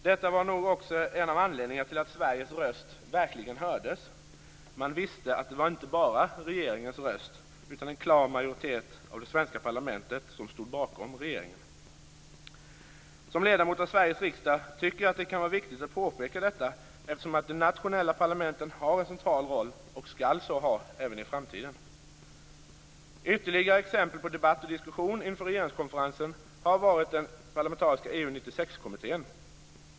Detta var nog också en av anledningarna till att Sveriges röst verkligen hördes - man visste att det inte bara var regeringens röst utan att en klar majoritet av det svenska parlamentet stod bakom regeringen. Som ledamot av Sveriges riksdag tycker jag att det kan vara viktigt att påpeka det, eftersom de nationella parlamenten har en central roll och så skall ha även i framtiden. Ytterligare ett exempel på debatt och diskussion inför regeringskonferensen är den parlamentariska EU 96-kommittén.